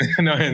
No